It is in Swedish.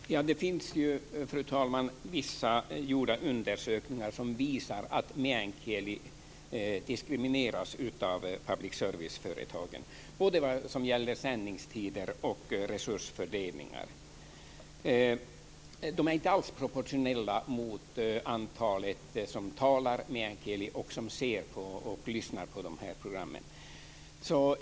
Fru talman! Det finns undersökningar gjorda som visar att meänkieli diskrimineras av public serviceföretagen, både vad gäller sändningstider och resursfördelningar. Dessa är inte alls proportionella mot det antal som talar meänkieli och som ser och lyssnar på de här programmen.